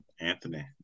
Anthony